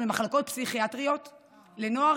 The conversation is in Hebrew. למחלקות פסיכיאטריות לנוער,